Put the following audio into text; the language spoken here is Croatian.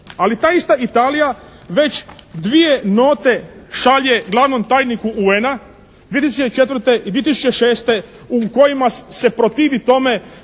Ali ta ista Italija već dvije note šalje glavnom tajniku UN-a 2004. i 2006. u kojima se protivi tome